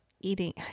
eating